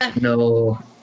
no